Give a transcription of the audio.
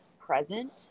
present